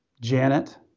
Janet